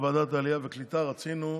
בוועדת העלייה והקליטה רצינו,